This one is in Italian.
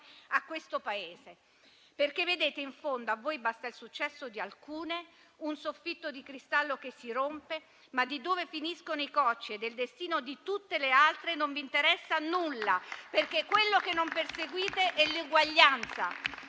a questo Paese. In fondo, infatti, a voi basta il successo di alcune, un soffitto di cristallo che si rompe, ma di dove finiscono i cocci e del destino di tutte le altre non vi interessa nulla, perché quello che non perseguite è l'eguaglianza.